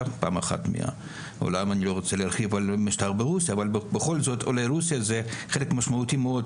פעם אחת מהכנסת אבל בכל זאת עולי רוסיה מהווים חלק משמעותי מאוד